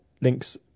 links